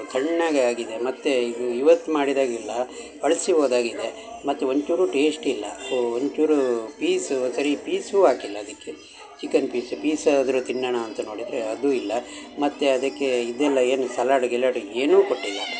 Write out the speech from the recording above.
ತಣ್ಣಗೆ ಆಗಿದೆ ಮತ್ತು ಇದು ಇವತ್ತು ಮಾಡಿದಾಗೆ ಇಲ್ಲ ಹಳಸಿ ಹೋದಾಗಿದೆ ಮತ್ತು ಒಂಚೂರೂ ಟೇಸ್ಟ್ ಇಲ್ಲ ಸೊ ಒಂಚೂರೂ ಪೀಸು ಸರಿ ಪೀಸೂ ಹಾಕಿಲ್ಲ ಅದಕ್ಕೆ ಚಿಕನ್ ಪೀಸ್ ಪೀಸಾದ್ರೂ ತಿನ್ನೋಣ ಅಂತ ನೋಡಿದರೆ ಅದೂ ಇಲ್ಲ ಮತ್ತು ಅದಕ್ಕೆ ಇದೆಲ್ಲ ಏನು ಸಲಾಡ್ ಗಿಲಾಡ್ ಏನೂ ಕೊಟ್ಟಿಲ್ಲ